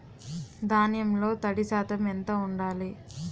ధాన్యంలో తడి శాతం ఎంత ఉండాలి?